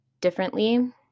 differently